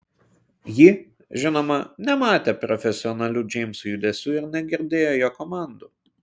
ji žinoma nematė profesionalių džeimso judesių ir negirdėjo jo komandų